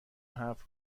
حرف